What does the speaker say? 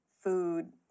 Food